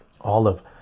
Olive